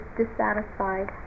dissatisfied